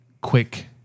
quick